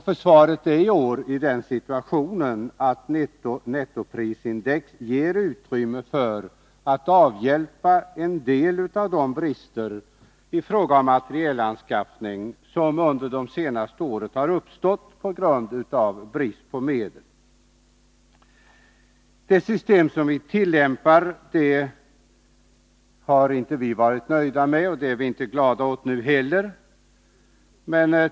Försvaret är i år i den situationen att nettoprisindex ger utrymme för att avhjälpa en del av de brister i fråga om materielanskaffning som under de senaste åren har uppstått på grund av otillräckliga medel. Vi harinte varit nöjda med det system som vi tillämpar, och vi är inte heller nu glada åt det.